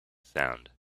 sound